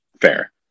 Fair